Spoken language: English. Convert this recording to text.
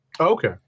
okay